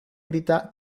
grita